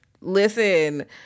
Listen